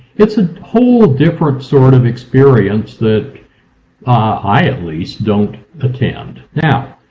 it's a whole different sort of experience that i at least don't attend. now,